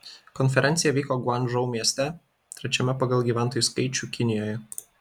konferencija vyko guangdžou mieste trečiame pagal gyventojų skaičių kinijoje